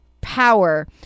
power